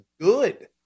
good